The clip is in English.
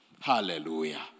Hallelujah